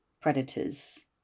predators